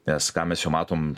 nes ką mes jau matom